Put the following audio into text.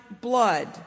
blood